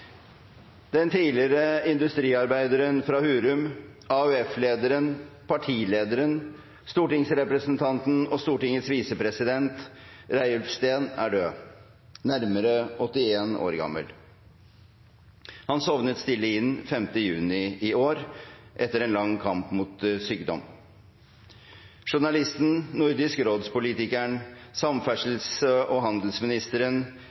Den tidligere industriarbeideren fra Hurum, AUF-lederen, partilederen, stortingsrepresentanten og Stortingets visepresident, Reiulf Steen, er død nærmere 81 år gammel. Han sovnet stille inn 5. juni i år etter en lang kamp mot sykdom. Journalisten, Nordisk råd-politikeren, samferdselsministeren og handelsministeren,